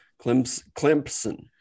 Clemson